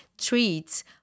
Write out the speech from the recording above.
treats